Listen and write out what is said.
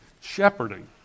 shepherding